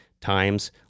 times